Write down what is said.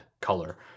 color